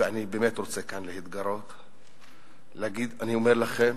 ואני באמת רוצה כאן להתגרות, אני אומר לכם: